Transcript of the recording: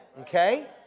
Okay